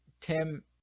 Tim